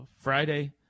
Friday